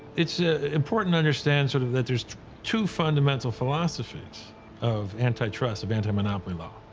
it's ah important to understand sort of that there's two fundamental philosophies of antitrust, of anti-monopoly law.